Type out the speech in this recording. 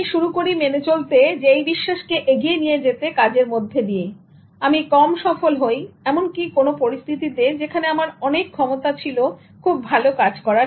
আমি শুরু করি মেনে চলতে এবং এই বিশ্বাসকে এগিয়ে নিয়ে যেতে কাজের মধ্যে দিয়ে আমি কম সফল হই এমনকি কোন পরিস্থিতিতে যেখানে আমার অনেক ক্ষমতা ছিল খুব ভালো কাজ করার